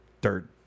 dirt